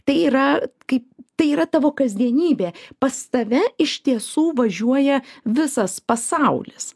tai yra kaip tai yra tavo kasdienybė pas tave iš tiesų važiuoja visas pasaulis